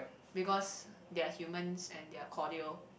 because they are humans and they are cordial